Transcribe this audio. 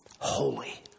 Holy